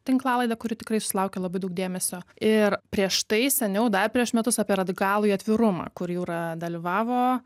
tinklalaidę kuri tikrai sulaukia labai daug dėmesio ir prieš tai seniau dar prieš metus apie radikalųjį atvirumą kur jūra dalyvavo